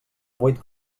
vuit